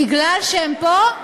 בגלל שהן פה,